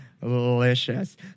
delicious